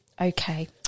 okay